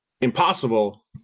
impossible